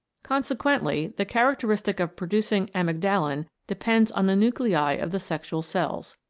consequently the characteristic of producing amygdalin depends on the nuclei of the sexual cells.